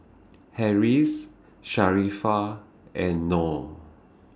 Harris Sharifah and Noh